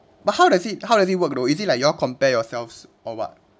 but how does it how does it work though is it like you all compare yourselves or what